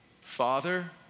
Father